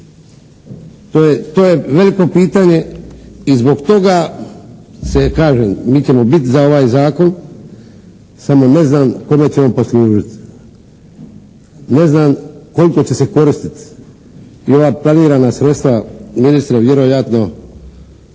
To je veliko pitanje i zbog toga se kažem mi ćemo biti za ovaj Zakon samo ne znam kome ćemo poslužiti, ne znam koliko će se koristiti i ova planirana sredstva ministre vjerojatno